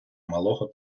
малого